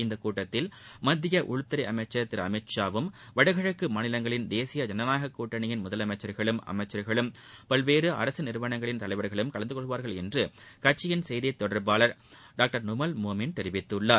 இந்த கூட்டத்தில் மத்திய உள்துறை அமைச்சர் திரு அமித் ஷாவும் வடகிழக்கு மாநிலங்களின தேசிய ஜனநாயக கூட்டணியின் முதலமைச்சர்களும் அமைச்சர்களும் பல்வேறு அரசு நிறுவனங்களின் தலைவர்களும் கலந்துகொள்வார்கள் என்று கட்சியின் செய்தித் தொடர்பாளர் டாக்டர் நூமல் மோமின் தெரிவித்துள்ளார்